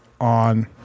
on